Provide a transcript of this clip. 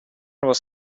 was